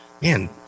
man